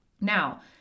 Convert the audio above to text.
Now